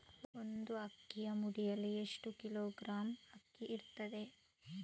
ಒಂದು ಅಕ್ಕಿಯ ಮುಡಿಯಲ್ಲಿ ಎಷ್ಟು ಕಿಲೋಗ್ರಾಂ ಅಕ್ಕಿ ಇರ್ತದೆ?